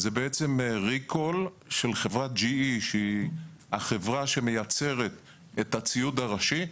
ריקול של חברת GE שהיא החברה שמייצרת את הציוד הראשי.